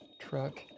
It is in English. truck